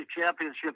championship